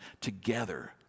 together